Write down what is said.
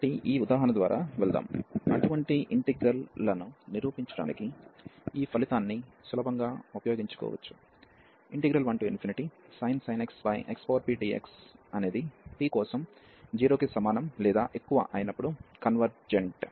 కాబట్టి ఇక్కడ ఈ ఉదాహరణ ద్వారా వెళ్దాం అటువంటి ఇంటిగ్రల్ లను నిరూపించడానికి ఈ ఫలితాన్ని సులభంగా ఉపయోగించుకోవచ్చు 1sin x xpdx అనేది p కోసం 0 కి సమానం లేదా ఎక్కువ అయినప్పుడు కన్వర్జెంట్